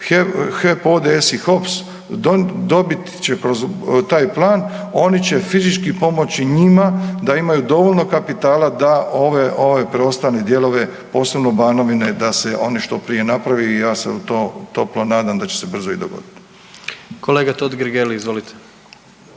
HEP ODS i HOPS dobit će kroz taj Plan. Oni će fizički pomoći njima da imaju dovoljno kapitala da ove preostale dijelove, posebno Banovine, da s one što prije naprave i ja se u to toplo nadam da će se brzo i dogoditi. **Jandroković, Gordan